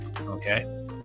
Okay